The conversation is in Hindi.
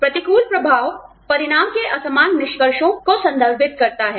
प्रतिकूल प्रभाव परिणाम के असमान निष्कर्षों को संदर्भित करता है